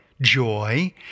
joy